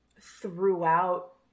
throughout